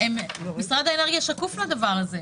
משרד האנרגיה שקוף לזה.